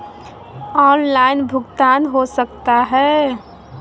Online भुगतान हो सकता है?